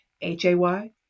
H-A-Y